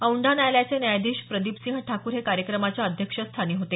औंढा न्यायालयाचे न्यायाधीश प्रदीपसिंह ठाकूर हे कार्यक्रमाच्या अध्यक्षस्थानी होते